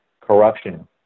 corruption